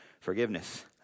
forgiveness